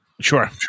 sure